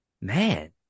Man